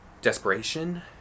desperation